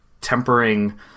tempering